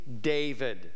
David